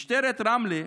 משטרת רמלה,